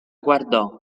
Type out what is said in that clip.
guardò